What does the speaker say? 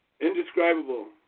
indescribable